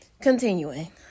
Continuing